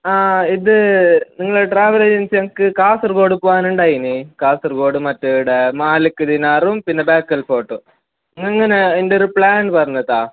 ആ ഇത് നിങ്ങളുടെ ട്രാവൽ ഏജൻസി എനിക്ക് കാസർഗോഡ് പോകാനുണ്ടായിനി കാസർഗോഡ് മറ്റേ ആട മാലിക് ദിനാറും പിന്നെ ബേക്കൽ ഫോർട്ടും എങ്ങനെ അതിൻ്റെയൊരു പ്ലാൻ പറഞ്ഞുതാ